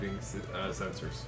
sensors